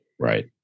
Right